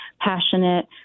passionate